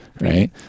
right